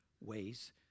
ways